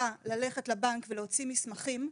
שצריכה ללכת לבנק ולהוציא מסמכים,